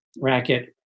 racket